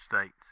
states